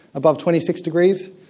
above twenty six degrees,